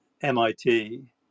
MIT